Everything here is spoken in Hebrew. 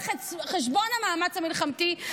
על חשבון המאמץ המלחמתי,